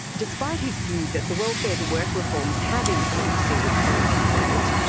despite his view that the welfare-to-work reforms have improved single parent employment,